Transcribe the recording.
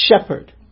shepherd